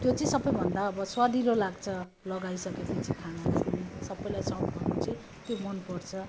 त्यो चाहिँ सबैभन्दा अब स्वादिलो लाग्छ लगाइ सकेपछि खानलाई पनि सबैलाई सर्भ गर्नु चाहिँ त्यो मनपर्छ